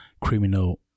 criminal